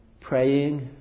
Praying